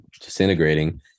disintegrating